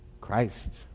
Christ